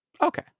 Okay